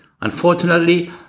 Unfortunately